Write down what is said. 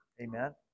Amen